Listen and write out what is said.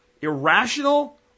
irrational